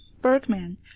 bergman